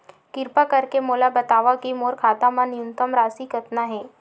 किरपा करके मोला बतावव कि मोर खाता मा न्यूनतम राशि कतना हे